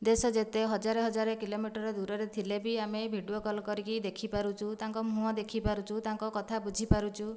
ଦେଶ ଯେତେ ହଜାର ହଜାର କିଲୋମିଟର୍ ଦୂରରେ ଥିଲେ ବି ଆମେ ଭିଡ଼ିଓ କଲ୍ କରିକି ଦେଖିପାରୁଛୁ ତାଙ୍କ ମୁଁହ ଦେଖିପାରୁଛୁ ତାଙ୍କ କଥା ବୁଝିପାରୁଛୁ